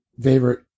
favorite